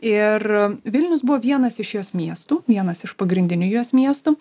ir vilnius buvo vienas iš jos miestų vienas iš pagrindinių jos miestų